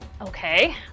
Okay